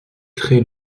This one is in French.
très